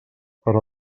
per